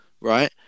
right